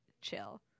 chill